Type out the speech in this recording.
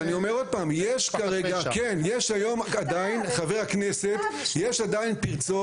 אז אני אומר עוד פעם, כן, יש כרגע עדיין פרצות.